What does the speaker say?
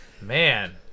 Man